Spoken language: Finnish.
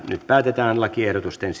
nyt päätetään lakiehdotusten